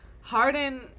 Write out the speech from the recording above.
Harden